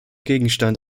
gegenstand